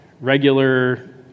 regular